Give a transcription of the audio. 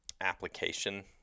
application